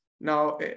Now